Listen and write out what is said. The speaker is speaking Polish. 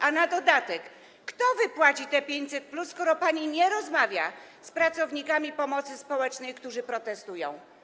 A na dodatek kto wypłaci te 500+, skoro pani nie rozmawia z pracownikami pomocy społecznej, którzy protestują?